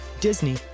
Disney